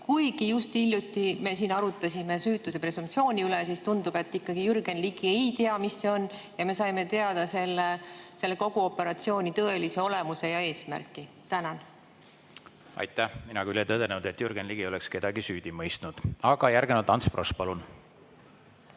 Kuigi just hiljuti me siin arutasime süütuse presumptsiooni üle, tundub, et Jürgen Ligi ei tea, mis see on. Ja me saime teada kogu operatsiooni tõelise olemuse ja eesmärgi. Aitäh! Mina küll ei tõdenud, et Jürgen Ligi oleks kedagi süüdi mõistnud. Aga järgnevalt Ants Frosch, palun!